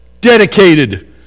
dedicated